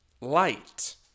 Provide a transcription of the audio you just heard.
Light